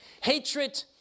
Hatred